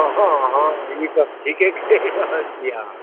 हँ हँ ई गप ठीके कहि रहल छी अहाँ